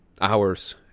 Hours